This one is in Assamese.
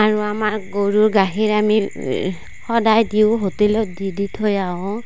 আৰু আমাৰ গৰুৰ গাখীৰ আমি সদায় দিওঁ হোটেলত দি দি থৈ আহোঁ